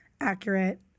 accurate